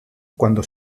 cuando